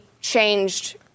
changed